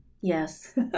Yes